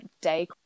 day